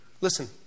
Listen